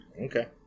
Okay